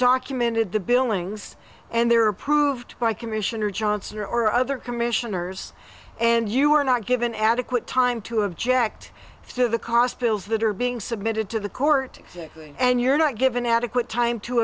documented the billings and their approved by commissioner johnson or other commissioners and you are not given adequate time to object to the cost bills that are being submitted to the court and you're not given adequate time to